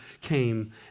came